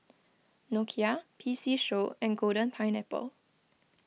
Nokia P C Show and Golden Pineapple